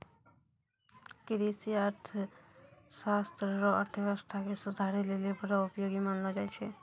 कृषि अर्थशास्त्र रो अर्थव्यवस्था के सुधारै लेली बड़ो उपयोगी मानलो जाय छै